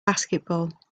basketball